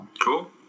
Cool